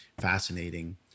fascinating